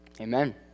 Amen